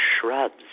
shrubs